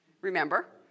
Remember